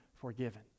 forgiven